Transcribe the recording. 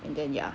and then ya